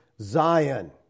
Zion